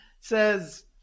says